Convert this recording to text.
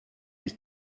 his